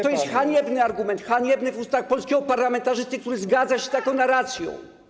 To jest haniebny argument, haniebny w ustach polskiego parlamentarzysty, który zgadza się z taką narracją.